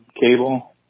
cable